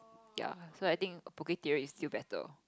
ya so I think a Poke-Theory is still better